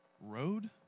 road